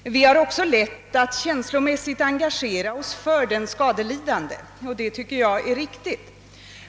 Vi har också lätt att känslomässigt engagera oss för den skadelidande — och det tycker jag är riktigt.